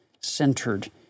centered